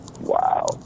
Wow